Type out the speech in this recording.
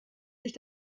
sich